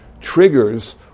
triggers